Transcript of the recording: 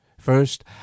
First